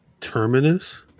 terminus